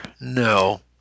no